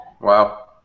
Wow